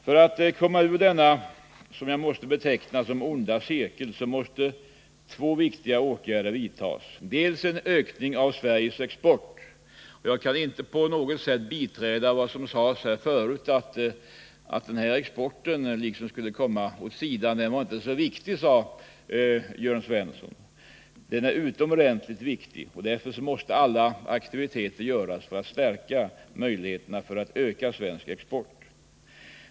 För att komma ur denna onda cirkel — jag måste beteckna det så — måste två viktiga åtgärder vidtas! Den första är en ökning av Sveriges export. Jag kan inte på något sätt biträda den uppfattning som Jörn Svensson framförde att exporten skulle komma vid sidan om. Den var inte så viktig, sade han. Den är utomordentligt viktig. Därför måste alla åtgärder vidtas för att öka möjligheterna att öka svensk export.